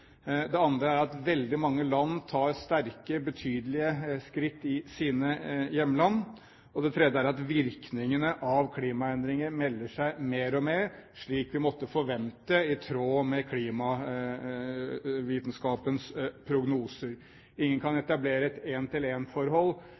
Det andre er at veldig mange land tar sterke, betydelige skritt i sine hjemland. Det tredje er at virkningen av klimaendringene melder seg mer og mer, slik vi måtte forvente i tråd med klimavitenskapens prognoser. Ingen kan